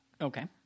Okay